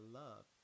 love